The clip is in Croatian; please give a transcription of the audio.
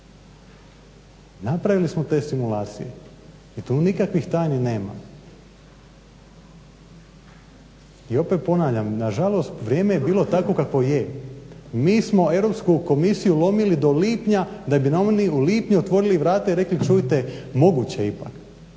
Napravili smo te simulacije i tu nikakvih tajni nema. I opet ponavljam nažalost vrijeme je bilo takvo kakvo je, mi smo Europsku komisiju lomili do lipnja, da bi nam oni u lipnju otvorili vrata i rekli čujte moguće je